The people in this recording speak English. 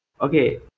Okay